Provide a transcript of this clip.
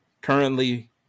currently